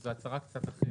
שזו הצהרה קצת אחרת.